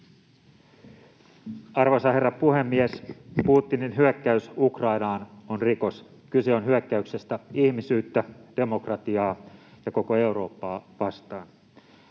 Arvoisa herra puhemies! Putinin hyökkäys Ukrainaan on rikos. Kyse on hyökkäyksestä ihmisyyttä, demokratiaa ja koko Eurooppaa vastaan.